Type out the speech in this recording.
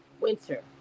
Winter